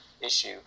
issue